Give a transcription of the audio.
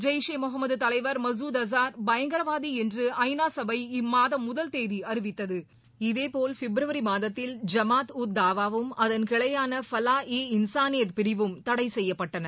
ஜெய்ஷ் ஏ முகமது தலைவர் மசூத் அஸார் பயங்கரவாதி என்று ஐநா சபை இம்மாதம் முதல் தேதி இதேபோல் பிப்ரவரி மாதத்தில் ஜமாத் உத் தாவாவும் அதன் கிளையான ஃபலா ஏ அறிவித்தகு இன்சானியத் பிரிவும் தடை செய்யப்பட்டன